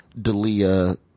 Dalia